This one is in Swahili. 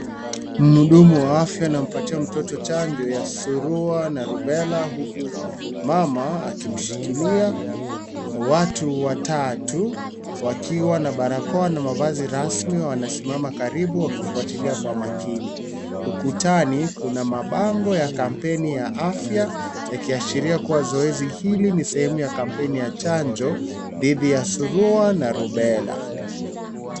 Mhudumu wa afya anampatia mtoto chanjo ya surua na rubella huku mama akimshikilia na watu watatu wakiwa na barakoa na mavazi rasmi wanasimama karibu wakifuatilia Kwa umakini. Ukutani kuna mabango ya kampeni ya afya ikiashiria kuwa zoezi hili ni sehemu la kampeni ya chanjo dhidi ya surua na rubella.